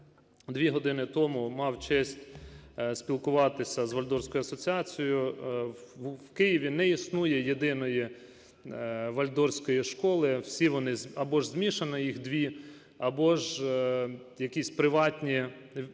дві години тому мав честь спілкуватися з вальдорфською асоціацією. В Києві не існує єдиної вальдорфської школи, всі вони або ж змішані, їх дві, або ж якісь приватні